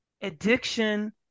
addiction